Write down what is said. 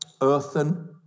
earthen